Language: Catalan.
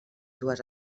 dues